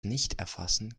nichterfassen